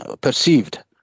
perceived